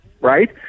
right